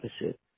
opposite